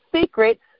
secrets